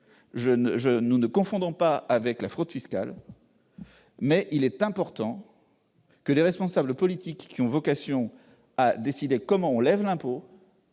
nous ne le confondons pas avec de la fraude fiscale, mais il est important que les responsables politiques, qui ont vocation à décider comment on lève l'impôt,